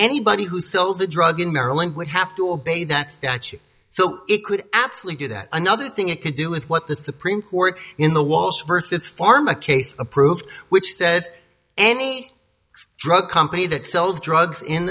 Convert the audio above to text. anybody who sells a drug in maryland would have to obey that statute so it could absolutely do that another thing it could do with what the supreme court in the walsh versus pharma case approved which said any drug company that sells drugs in